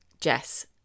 Jess